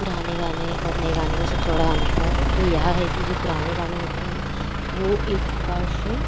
पुराने गाने और नए गाने में सबसे बड़ा अंतर तो यह है कि जो पुराने गाने होते हैं वे एक प्रकार से